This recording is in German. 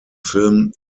film